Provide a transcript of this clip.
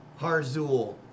Harzul